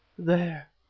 there!